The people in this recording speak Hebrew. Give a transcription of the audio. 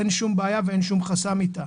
אין שום בעיה ואין שום חסם איתה.